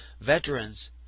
veterans